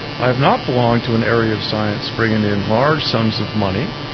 i have not belonged to an area of science bringing in large sums of money.